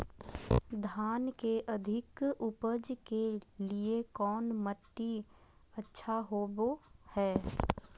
धान के अधिक उपज के लिऐ कौन मट्टी अच्छा होबो है?